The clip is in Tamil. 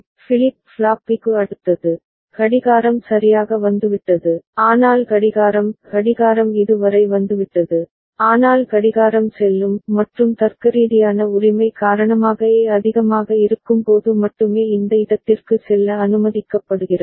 ஃபிளிப் ஃப்ளாப் பி க்கு அடுத்தது கடிகாரம் சரியாக வந்துவிட்டது ஆனால் கடிகாரம் கடிகாரம் இது வரை வந்துவிட்டது ஆனால் கடிகாரம் செல்லும் மற்றும் தர்க்கரீதியான உரிமை காரணமாக A அதிகமாக இருக்கும்போது மட்டுமே இந்த இடத்திற்கு செல்ல அனுமதிக்கப்படுகிறது